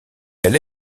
elle